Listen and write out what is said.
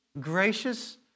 gracious